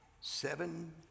Seven